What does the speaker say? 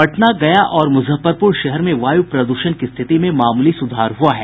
पटना गया और मुजफ्फरपुर शहर में वायू प्रदूषण की स्थिति में मामूली सुधार हुआ है